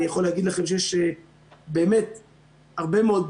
אני יכול להגיד לכם שיש באמת הרבה מאוד